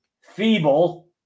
feeble